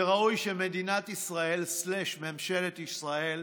וראוי שמדינת ישראל וממשלת ישראל